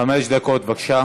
חמש דקות, בבקשה.